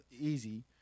easy